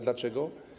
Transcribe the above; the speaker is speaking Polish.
Dlaczego?